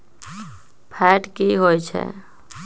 Fat की होवछै?